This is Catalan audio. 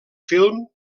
film